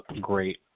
great